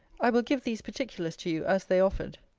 i will give these particulars to you as they offered.